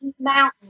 mountain